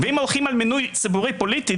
ואם הולכים על מינוי ציבורי פוליטי,